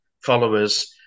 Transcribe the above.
followers